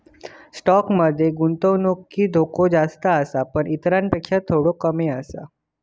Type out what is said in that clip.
stock मध्ये गुंतवणुकीत धोको जास्त आसा पण इतरांपेक्षा थोडो कमी आसा